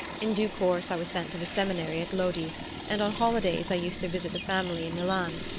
in due course i was sent to the seminary at lodi and on holidays i used to visit the family in milan.